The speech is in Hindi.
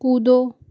कूदो